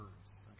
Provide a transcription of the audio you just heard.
words